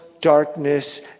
darkness